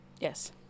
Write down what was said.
Yes